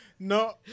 No